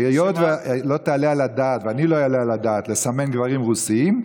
היות שלא תעלה על הדעת ואני לא אעלה על הדעת לסמן גברים רוסים,